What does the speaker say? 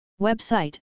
Website